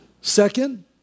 Second